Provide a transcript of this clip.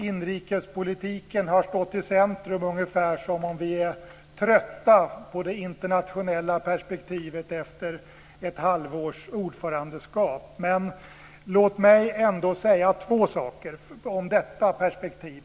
Inrikespolitiken har stått i centrum, ungefär som om vi är trötta på det internationella perspektivet efter ett halvårs ordförandeskap. Låt mig ändå säga två saker om detta perspektiv.